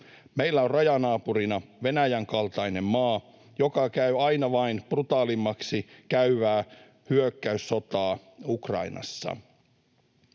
Meillä on rajanaapurina Venäjän kaltainen maa, joka käy aina vain brutaalimmaksi käyvää hyökkäyssotaa Ukrainassa,